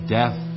death